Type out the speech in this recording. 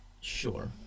Sure